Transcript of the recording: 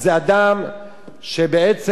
זה אדם שבעצם